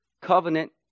covenant